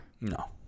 No